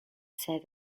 set